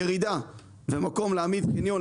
יש ירידה ומקום להעמיד חניון,